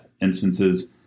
instances